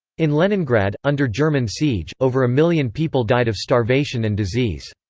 in leningrad, under german siege, over a million people died of starvation and disease.